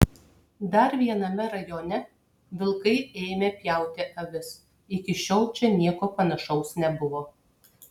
dar viename rajone vilkai ėmė pjauti avis iki šiol čia nieko panašaus nebuvo